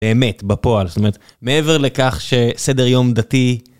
באמת, בפועל. זאת אומרת, מעבר לכך שסדר יום דתי...